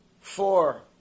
four